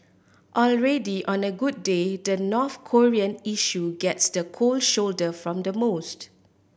already on a good day the North Korean issue gets the cold shoulder from the most